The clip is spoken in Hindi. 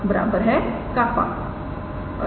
𝜅 है